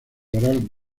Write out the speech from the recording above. oral